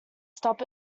stop